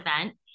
event